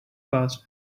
passed